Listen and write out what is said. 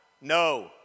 No